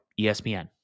ESPN